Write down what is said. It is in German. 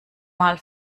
mal